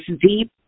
deep